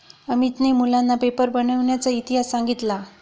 अमितने मुलांना पेपर बनविण्याचा इतिहास सांगितला